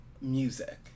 music